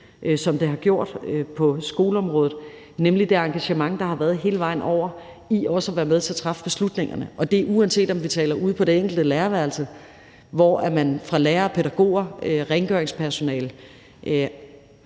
som det er sket, på skoleområdet, nemlig det engagement, der har været hele vejen rundt for også at være med til at træffe beslutningerne. Og det er sket på det enkelte lærerværelse, hvor lærere og pædagoger og rengøringspersonale,